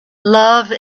love